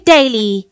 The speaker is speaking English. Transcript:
Daily